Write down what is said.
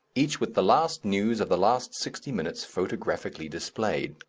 each with the last news of the last sixty minutes photographically displayed.